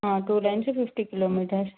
two lines fifty kilometers